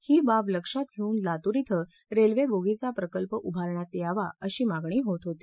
ही बाब लक्षात घेऊन लातूर श्रि रेल्वे बोगीचा प्रकल्प उभारण्यात यावा अशी मागणी होत होती